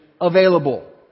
available